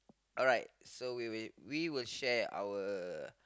alright so we will we will share our